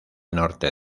norte